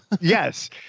Yes